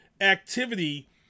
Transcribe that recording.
activity